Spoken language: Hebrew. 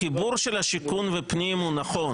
החיבור של השיכון ופנים הוא נכון.